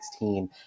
2016